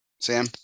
Sam